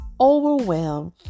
overwhelmed